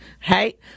hey